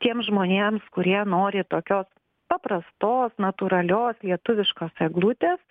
tiems žmonėms kurie nori tokios paprastos natūralios lietuviškos eglutės